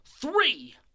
three